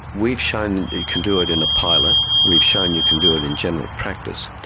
we've shown you can do it in a pilot, we've shown you can do it in general practice.